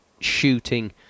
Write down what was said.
shooting